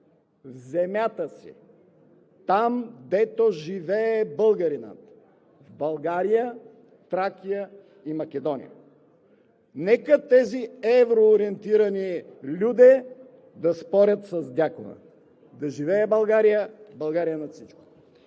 в земята си, там, дето живее българинът – в България, Тракия и Македония!“ Нека тези евроориентирани люде да спорят с Дякона! Да живее България! България – над всичко!